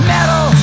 Metal